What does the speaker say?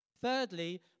Thirdly